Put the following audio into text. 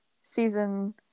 season